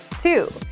two